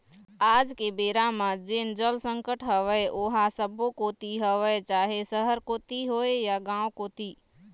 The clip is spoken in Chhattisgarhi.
आज के बेरा म जेन जल संकट हवय ओहा सब्बो कोती हवय चाहे सहर कोती होय या गाँव कोती